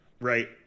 right